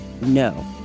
no